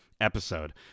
episode